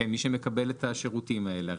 מי שמקבל את השירותים האלה.